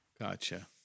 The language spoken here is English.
Gotcha